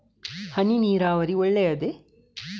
ಹನಿ ನೀರಾವರಿ ಒಳ್ಳೆಯದೇ?